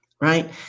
Right